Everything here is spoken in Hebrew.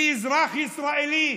כאזרח ישראלי,